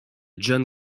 john